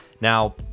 Now